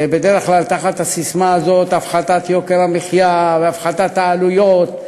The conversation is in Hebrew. בדרך כלל תחת הססמה הזאת של הפחתת יוקר המחיה והפחתת העלויות.